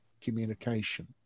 communication